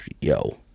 yo